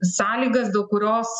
sąlygas dėl kurios